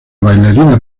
bailarina